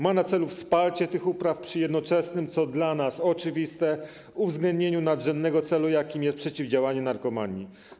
Ma na celu wsparcie tych upraw przy jednoczesnym, co dla nas oczywiste, uwzględnieniu nadrzędnego celu, jakim jest przeciwdziałanie narkomanii.